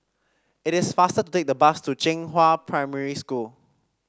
it is faster to take the bus to Zhenghua Primary School